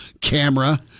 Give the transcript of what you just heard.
camera